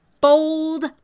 bold